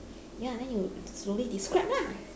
ya then you slowly describe lah